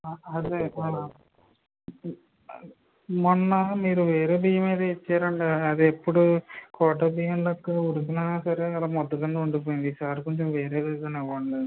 అవే మొన్న మీరు వేరే బియ్యం ఏదో ఇచ్చారండి అది ఎప్పుడు కోటా బియ్యం లెక్క ఉడికినా సరే అలా ముద్ధ కింద ఉండిపోయింది ఈసారి కొంచం వేరేది ఏదన్న ఇవ్వండి